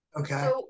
Okay